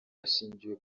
hashingiwe